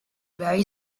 very